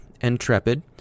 Intrepid